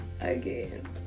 Again